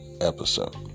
episode